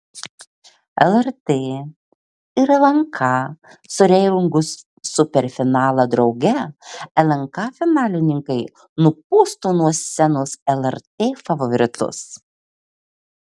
lrt ir lnk surengus superfinalą drauge lnk finalininkai nupūstų nuo scenos lrt favoritus